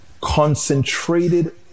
concentrated